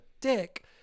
dick